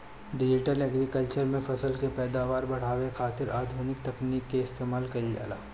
digital agriculture में फसल के पैदावार बढ़ावे खातिर आधुनिक तकनीकी के इस्तेमाल कईल जाला